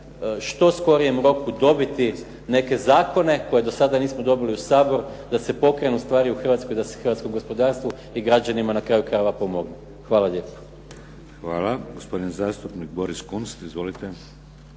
što skorijem roku dobiti neke zakone koje do sada nismo dobili u Sabor da se pokrenu stvari u Hrvatskoj i da se hrvatsko gospodarstvo i građanima na kraju krajeva pomogne. Hvala lijepo. **Šeks, Vladimir (HDZ)** Hvala. Gospodin zastupnik Boris Kunst. Izvolite.